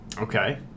Okay